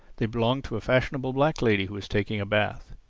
they belonged to a fashionable black lady who was taking a bath.